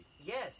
Yes